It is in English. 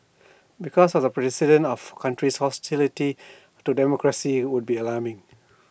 because of the of countries hostile to democracy would be alarming